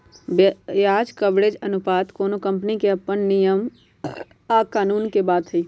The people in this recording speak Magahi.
ब्याज कवरेज अनुपात कोनो कंपनी के अप्पन नियम आ कानून के बात हई